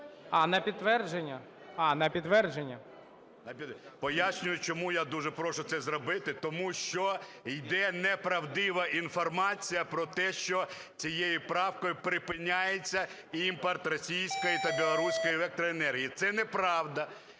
На підтвердження. Пояснюю, чому я дуже прошу це зробити. Тому що йде неправдива інформація про те, що цією правкою припиняється імпорт російської та білоруської електроенергії. Це неправда,